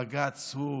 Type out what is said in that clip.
בג"ץ הוא,